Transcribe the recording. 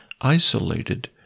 isolated